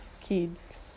kids